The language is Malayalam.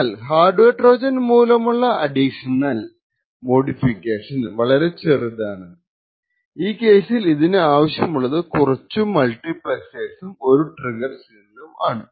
എന്നാൽ ഹാർഡ് വെയർ ട്രോജൻ മൂലമുള്ള അഡിഷണൽ മോഡിഫിക്കേഷൻ വളരെ ചെറുതാണ്ഈ കേസിൽ ഇതിനു ആവശ്യമുള്ളതു കുറച്ചു മൾട്ടിപ്ലക്സേഴ്സും ഒരു ട്രിഗർ സിഗ്നലുംആണ്